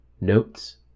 Notes